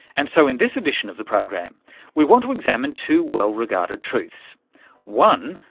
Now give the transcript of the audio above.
and so in this edition of the program we want to examine two well-regarded truths one,